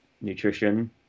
nutrition